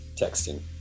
Texting